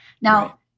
Now